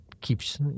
Keeps